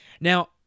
Now